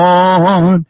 on